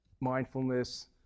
mindfulness